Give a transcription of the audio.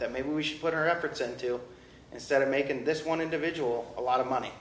that maybe we should put our efforts into instead of making this one individual a lot of money